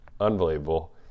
unbelievable